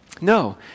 No